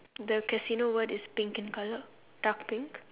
the casino word is pink in colour dark pink